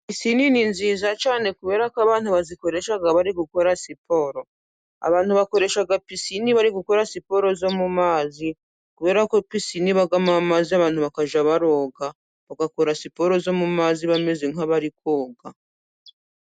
Pisini ni nziza cyane kubera ko abantu bazikoresha bari gukora siporo, abantu bakoresha pisine bari gukora siporo zo mu mazi, kubera ko pisine ibamo amazi abantu bakajya boga, bagakora siporo zo mu mazi bameze nk'abari koga.